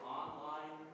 online